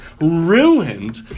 ruined